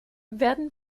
werden